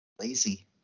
lazy